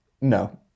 no